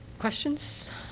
Questions